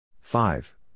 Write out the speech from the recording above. Five